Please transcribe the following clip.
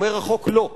אומר החוק: לא.